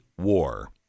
war